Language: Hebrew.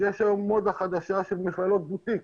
כי יש היום מודה חדשה של מכללות בוטיק.